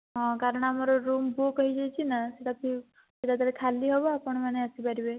ହଁ କାରଣ ଆମର ରୁମ୍ ବୁକ୍ ହୋଇଯାଇଛି ନା ସେଇଟା ଯେତବେଳେ ଖାଲି ହେବ ଆପଣମାନେ ଆସିପାରିବେ